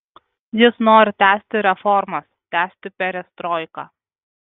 jis nori tęsti reformas tęsti perestroiką